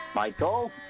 Michael